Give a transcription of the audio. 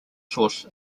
sauce